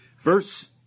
Verse